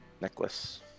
necklace